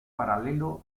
paralelo